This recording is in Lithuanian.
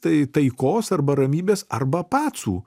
tai taikos arba ramybės arba pacų